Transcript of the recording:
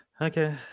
Okay